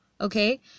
Okay